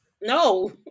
no